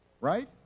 right